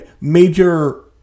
major